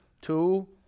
two